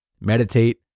meditate